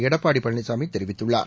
எடப்பாடி பழனிசாமி தெரிவித்துள்ளார்